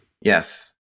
Yes